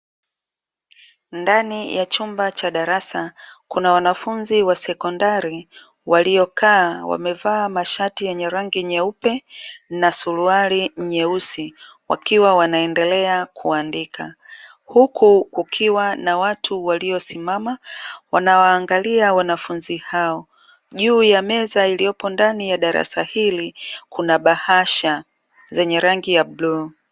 Ndani ya chumba cha darasa kuna wanafunzi wa sekondari waliokaa wamevaa mashati yenye rangi nyeupe na suruali nyeusi, wakiwa wanaendelea kuandika; huku kukiwa na watu waliosimama wanawaangalia wanafunzi hao. Juu ya meza iliyopo ndani ya darasa hili kuna bahasha zenye rangi ya bluu.